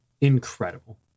incredible